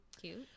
Cute